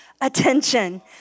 attention